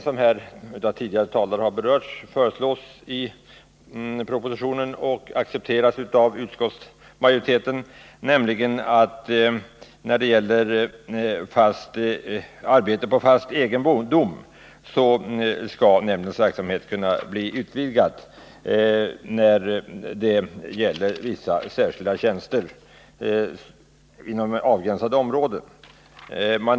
Som tidigare talare har framhållit föreslås i propositionen och av utskottsmajori teten att nämndens verksamhet skall kunna utvidgas när det gäller arbete på fast egendom och vissa, särskilda tjänster inom avgränsade områden.